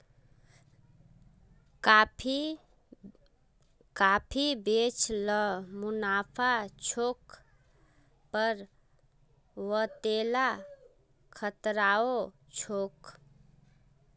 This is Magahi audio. काफी बेच ल मुनाफा छोक पर वतेला खतराओ छोक